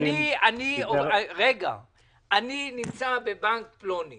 אני נמצא בבנק פלוני